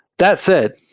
that said,